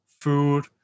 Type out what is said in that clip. food